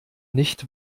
nicht